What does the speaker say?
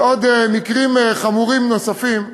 ועוד מקרים חמורים נוספים,